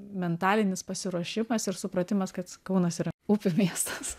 mentalinis pasiruošimas ir supratimas kad kaunas yra upių miestas